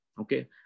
Okay